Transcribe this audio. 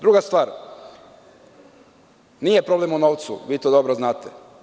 Druga stvar, nije problem u novcu, vi to dobro znate.